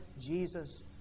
Jesus